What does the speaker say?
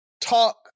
talk